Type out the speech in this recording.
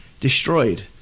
destroyed